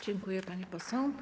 Dziękuję, pani poseł.